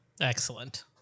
Excellent